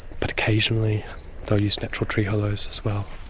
but occasionally they'll use natural tree hollows as well.